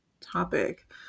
topic